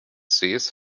sees